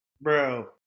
bro